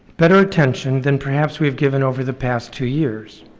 better attention than perhaps we've given over the past two years.